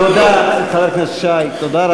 תודה, חבר הכנסת שי, תודה רבה.